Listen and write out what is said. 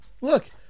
Look